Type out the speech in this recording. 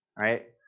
right